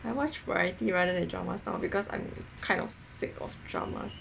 I watch variety rather than dramas now because I'm kind of sick of dramas